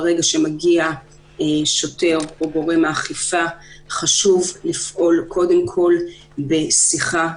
ברגע שמגיע שוטר או גורם האכיפה חשוב לפעול קודם כול בשיחה,